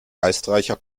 geistreicher